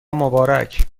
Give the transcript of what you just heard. مبارک